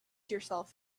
yourself